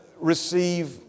receive